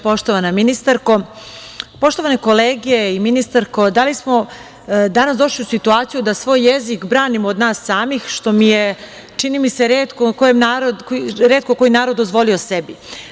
Poštovana ministarko, poštovane kolege i ministarko, da li smo danas došli u situaciju da svoj jezik branimo od nas samih, što je, čini mi se, retko koji narod dozvolio sebi?